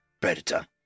predator